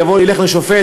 ילך לשופט,